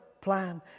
plan